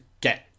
get